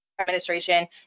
administration